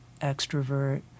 extrovert